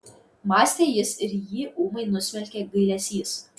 mąstė jis ir jį ūmai nusmelkė gailesys